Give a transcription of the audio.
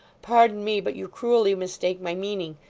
pardon me, but you cruelly mistake my meaning.